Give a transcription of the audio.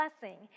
blessing